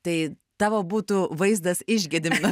tai tavo būtų vaizdas iš gedimino